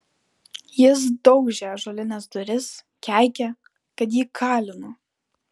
jis daužė ąžuolines duris keikė kad jį kalinu